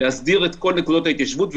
להסדיר את כל נקודות ההתיישבות,